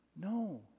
no